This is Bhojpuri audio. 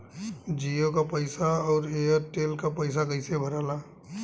जीओ का पैसा और एयर तेलका पैसा कैसे भराला?